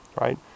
right